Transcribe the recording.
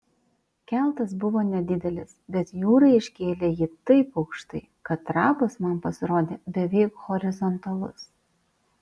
keltas buvo nedidelis bet jūra iškėlė jį taip aukštai kad trapas man pasirodė beveik horizontalus